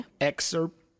excerpt